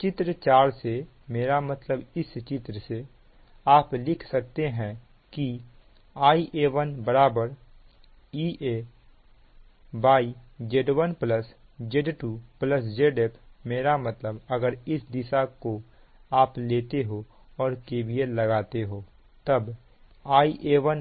चित्र 4 से मेरा मतलब इस चित्र से आप लिख सकते हो की Ia1 EaZ1Z2Zf मेरा मतलब अगर इस दिशा को आप लेते हो और KVLलगाते हो तब Ia1